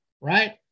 right